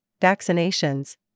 vaccinations